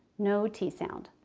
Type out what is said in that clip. no t sound.